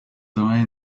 die